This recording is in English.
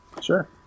Sure